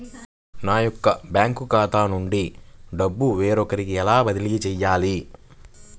నా యొక్క బ్యాంకు ఖాతా నుండి డబ్బు వేరొకరికి ఎలా బదిలీ చేయాలి?